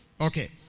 Okay